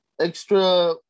extra